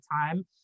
time